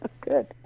good